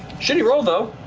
shitty roll, though.